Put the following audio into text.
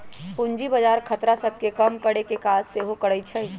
पूजी बजार खतरा सभ के कम करेकेँ काज सेहो करइ छइ